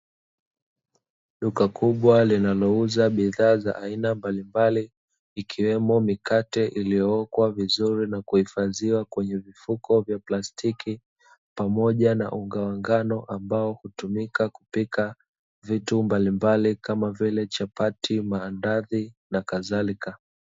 Duka kubwa linalouza bidhaa za aina mbalimbali, ikiwemo mikate iliyookwa vizuri na kuhifadhiwa kwenye vifuko vya plastiki, pamoja na unga wa ngano ambao hutumika kupika vitu mbalimbali kama vile chapati, maandazi, na kadhalika.